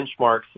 benchmarks